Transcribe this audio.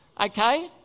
Okay